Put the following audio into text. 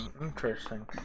Interesting